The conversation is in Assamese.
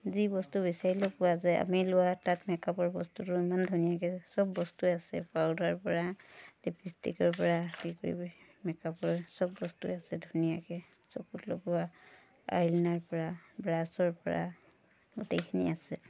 যি বস্তু বিচাৰিলেও পোৱা যায় আমি লোৱা তাত মেকাপৰ বস্তুতো ইমান ধুনীয়াকৈ চব বস্তুৱে আছে পাউডাৰৰ পৰা লিপষ্টিকৰ পৰা আদি কৰি মেকআপৰ চব বস্তুৱে আছে ধুনীয়াকৈ চকুত লগোৱা আইলাইনাৰ পৰা ব্ৰাছৰ পৰা গোটেইখিনি আছে